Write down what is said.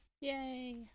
yay